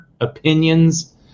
opinions